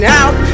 out